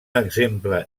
exemple